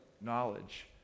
knowledge